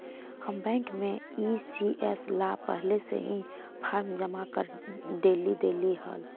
हम बैंक में ई.सी.एस ला पहले से ही फॉर्म जमा कर डेली देली हल